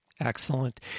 Excellent